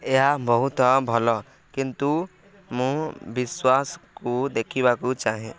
ଏହା ବହୁତ ଭଲ କିନ୍ତୁ ମୁଁ ବିଶ୍ୱାସକୁ ଦେଖିବାକୁ ଚାହେଁ